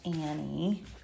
Annie